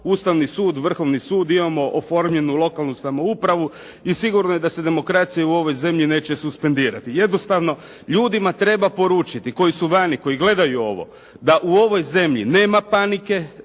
Ustavni sud, Vrhovni sud. Imamo oformljenu lokalnu samoupravu i sigurno je da se demokracija u ovoj zemlji neće suspendirati. Jednostavno ljudima treba poručiti koji su vani, koji gledaju ovo, da u ovoj zemlji nema panike,